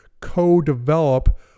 Co-develop